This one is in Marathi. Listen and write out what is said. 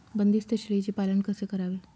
बंदिस्त शेळीचे पालन कसे करावे?